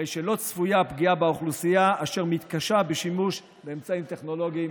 הרי שלא צפויה פגיעה באוכלוסייה אשר מתקשה בשימוש באמצעים טכנולוגיים